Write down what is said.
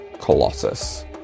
colossus